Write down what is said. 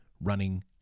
running